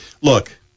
look